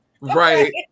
Right